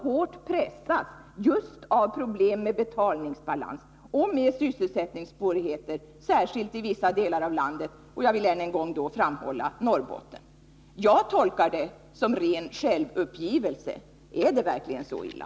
Den pressas hårt just av problem med betalningsbalansen och med sysselsättningssvårigheter, särskilt i vissa delar av landet — jag vill här än en gång framhålla Norrbotten. Jag tolkar detta som ren självuppgivelse. Är det verkligen så illa?